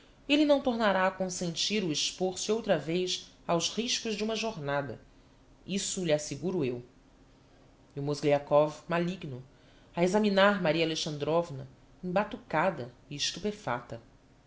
lhe não tornará a consentir o expôr se outra vez aos riscos de uma jornada isso lhe asseguro eu e o mozgliakov maligno a examinar maria alexandrovna embatucada